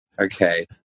okay